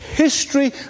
history